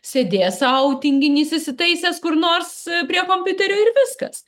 sėdės sau tinginys įsitaisęs kur nors prie kompiuterio ir viskas